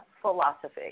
Philosophy